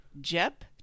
Jep